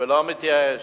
ולא מתייאש.